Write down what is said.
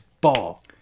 ball